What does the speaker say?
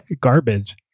garbage